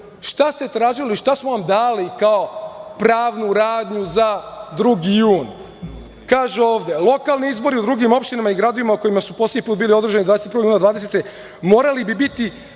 Šta ste tražili, šta smo vam dali kao pravnu radnju za 2. jun? Kaže, ovde: „Lokalni izbori u drugim opštinama i gradovima u kojima su poslednji put bili održani 21. novembra 2020. godine morali bi biti